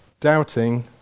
doubting